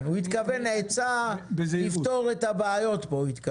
הוא התכוון עצה לפתור את הבעיות פה.